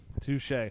touche